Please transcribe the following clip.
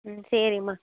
ம் சரிம்மா